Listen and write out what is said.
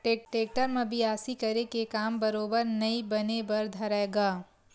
tractor म बियासी करे के काम बरोबर नइ बने बर धरय गा